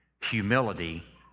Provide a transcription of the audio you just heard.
humility